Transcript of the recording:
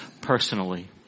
personally